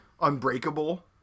Unbreakable